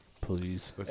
Please